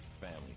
family